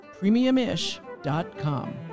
premiumish.com